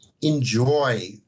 enjoy